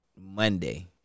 Monday